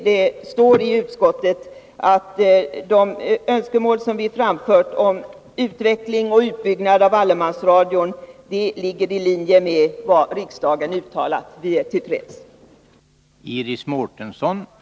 I utskottsbetänkandet står det att de önskemål vi har framfört om en utveckling och utbyggnad av allemansradion ligger i linje med vad riksdagen har uttalat. Vi är tillfredsställda.